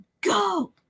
go